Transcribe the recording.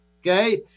okay